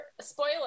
Spoiler